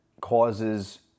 causes